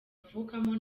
avukamo